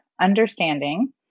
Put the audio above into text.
understanding